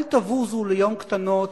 אל תבוזו ליום קטנות,